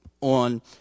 on